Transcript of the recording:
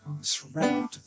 Surrender